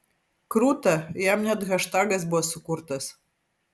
krūta jam net haštagas buvo sukurtas